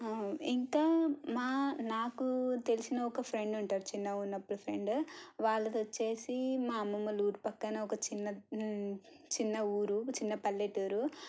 ఇంకా మా నాకు తెలిసిన ఒక ఫ్రెండ్ ఉంటారు చిన్నగా ఉన్నప్పుడు ఫ్రెండ్ వాళ్ళది వచ్చేసి మా అమ్మమ్మ వాళ్ళ ఊరు ప్రక్కన ఒక చిన్న చిన్న ఊరు చిన్న పల్లెటూరు